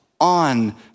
on